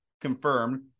confirmed